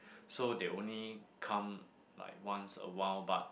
so they only come like once a while but